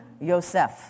Yosef